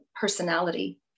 personality